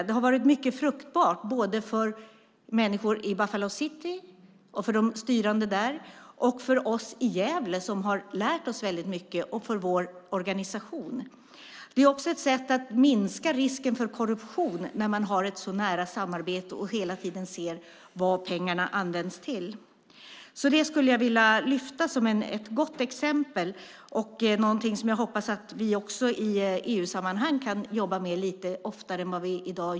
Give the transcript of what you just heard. Det har varit mycket fruktbart både för människor i Buffalo City, de styrande där, för oss i Gävle, som har lärt oss mycket, och för vår organisation. Det är också ett sätt att minska risken för korruption att ha ett så nära samarbete och hela tiden se vad pengarna används till. Det vill jag lyfta fram som ett gott exempel och som något som jag hoppas att vi i EU-sammanhang kan jobba med lite oftare än vi gör i dag.